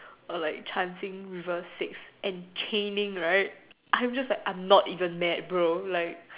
or like chanting reverse six and caning right I'm just like I'm not even mad bro like